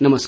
नमस्कार